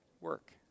Work